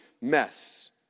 mess